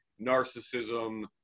narcissism